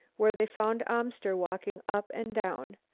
where they found amster walking up and down.